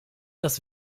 das